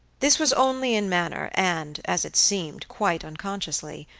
this was only in manner, and, as it seemed, quite unconsciously.